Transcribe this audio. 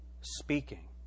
speaking